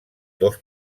dos